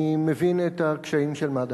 אני מבין את הקשיים של מד"א,